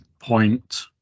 point